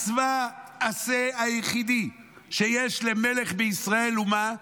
מצוות עשה היחידה שיש למלך בישראל, היא מה?